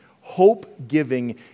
hope-giving